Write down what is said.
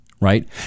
right